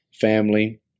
family